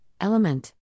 Element